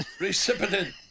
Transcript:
Recipient